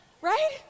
Right